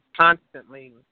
constantly